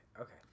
Okay